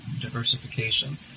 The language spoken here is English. diversification